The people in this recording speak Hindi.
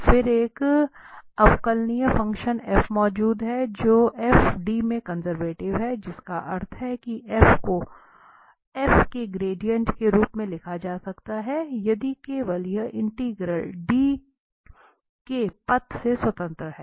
फिर एक अवकलनीय फ़ंक्शन f मौजूद है जो D में कंजर्वेटिव है जिसका अर्थ है कि F को f के ग्रेडिएंट के रूप में लिखा जा सकता है और यदि केवल यह इंटीग्रल D में पथ से स्वतंत्र है